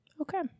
okay